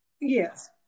yes